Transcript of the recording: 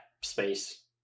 Space